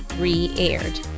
re-aired